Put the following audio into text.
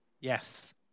Yes